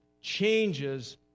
changes